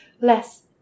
less